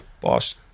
boss